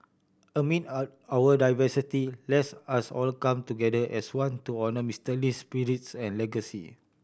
amid our diversity let's us all come together as one to honour Mister Lee's spirits and legacy